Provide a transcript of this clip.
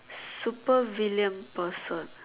super villain person